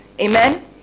Amen